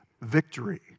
victory